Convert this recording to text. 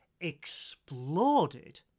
exploded